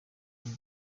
iri